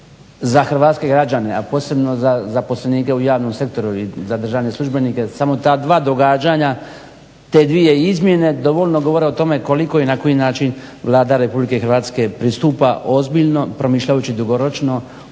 za hrvatske građane, a posebno za zaposlenike u javnom sektoru i za državne službenike, samo ta dva događanja, te dvije izmjene dovoljno govore o tome koliko i na koji način Vlada Republike Hrvatske pristupa ozbiljno promišljajući dugoročno